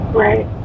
right